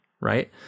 right